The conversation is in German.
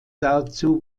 dazu